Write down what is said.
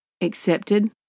accepted